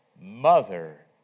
mother